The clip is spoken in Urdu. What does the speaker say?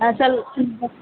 اصل